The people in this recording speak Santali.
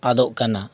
ᱟᱫᱚᱜ ᱠᱟᱱᱟ